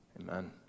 Amen